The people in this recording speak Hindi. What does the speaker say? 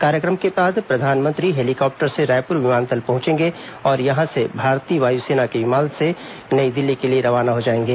कार्यक्रम के बाद प्रधानमंत्री हेलीकॉप्टर से रायपुर विमानतल पहुंचेंगे और यहां से भारतीय वायुसेना के विमान से नई दिल्ली के लिए रवाना हो जाएंगे